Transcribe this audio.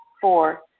Four